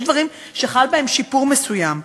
יש דברים שחל בהם שיפור מסוים.